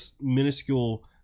minuscule